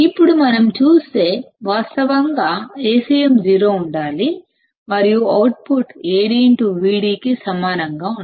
ఇప్పుడు మనం చూస్తే వాస్తవంగా Acmసున్నాఉండాలి మరియు అవుట్పుట్ AdVd కి సమానంగా ఉండాలి